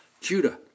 Judah